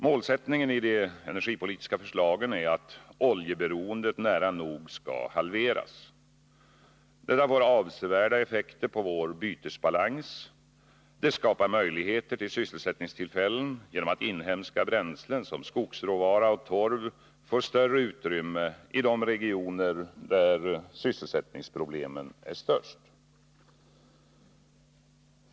Målsättningen i de energipolitiska förslagen är att oljeberoendet nära nog skall halveras. Detta får avsevärda effekter på vår bytesbalans. Det skapar möjligheter till sysselsättningstillfällen, genom att inhemska bränslen som skogsråvara och torv får större utrymme i de regioner där sysselsättningsproblemen är störst.